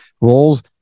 roles